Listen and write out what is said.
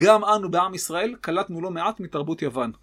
גם אנו בעם ישראל קלטנו לא מעט מתרבות יוון.